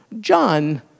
John